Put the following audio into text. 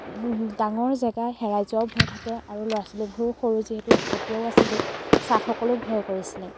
ডাঙৰ জেগা হেৰাই যোৱাও ভয় থাকে আৰু ল'ৰা ছোৱালীবোৰো সৰু যিহেতু উৎপতীয়াও আছিলোঁ ছাৰসকলেও ভয় কৰিছিলে